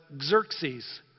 Xerxes